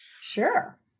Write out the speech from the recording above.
Sure